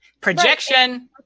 Projection